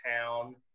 town